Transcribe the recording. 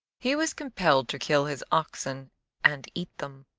he was compelled to kill his oxen and eat them.